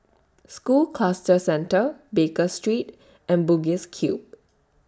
School Cluster Centre Baker Street and Bugis Cube